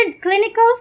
clinical